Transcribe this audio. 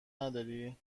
نداری